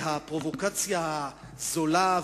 והפרובוקציה הזולה,